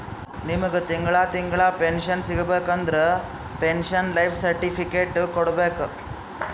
ನಿಮ್ಮಗ್ ತಿಂಗಳಾ ತಿಂಗಳಾ ಪೆನ್ಶನ್ ಸಿಗಬೇಕ ಅಂದುರ್ ಪೆನ್ಶನ್ ಲೈಫ್ ಸರ್ಟಿಫಿಕೇಟ್ ಕೊಡ್ಬೇಕ್